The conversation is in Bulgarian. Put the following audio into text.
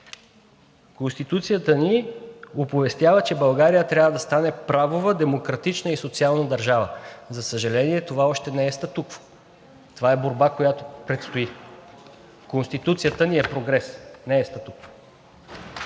Конституцията ни оповестява, че България трябва да стане правова, демократична и социална държава. За съжаление, това още не е статукво, това е борба, която предстои. Конституцията ни е прогрес, не е статукво.